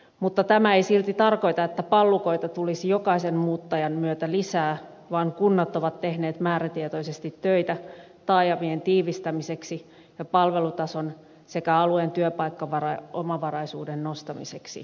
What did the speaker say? mutta tämä ei silti tarkoita että pallukoita tulisi jokaisen muuttajan myötä lisää vaan kunnat ovat tehneet määrätietoisesti töitä taajamien tiivistämiseksi ja palvelutason sekä alueen työpaikkaomavaraisuuden nostamiseksi